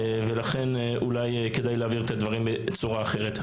ולכן אולי כדאי להעביר את הדברים בצורה אחרת.